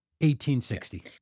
1860